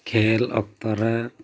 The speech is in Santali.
ᱠᱷᱮᱞ ᱚᱠᱛᱚ ᱨᱮ